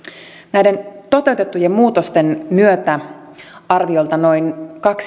näiden toteutettujen muutosten myötä arviolta noin